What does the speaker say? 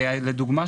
לדוגמה,